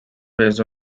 based